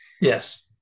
Yes